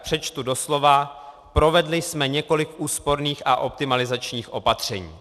Přečtu doslova: Provedli jsme několik úsporných a optimalizačních opatření.